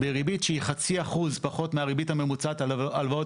בריבית שהיא חצי אחוז פחות מהריבית הממוצעת על הלוואות